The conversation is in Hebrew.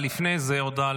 לפני זה, הודעה